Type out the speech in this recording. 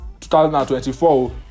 2024